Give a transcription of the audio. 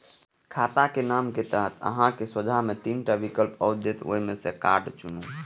खाताक नाम के तहत अहांक सोझां मे तीन टा विकल्प आओत, ओइ मे सं कार्ड चुनू